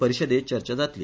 परिषदेत चर्चा जातली